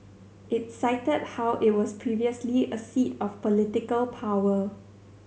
it cited how it was previously a seat of political power